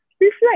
reflect